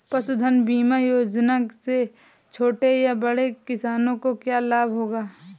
पशुधन बीमा योजना से छोटे या बड़े किसानों को क्या लाभ होगा?